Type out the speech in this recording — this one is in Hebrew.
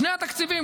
בשני התקציבים,